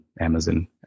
Amazon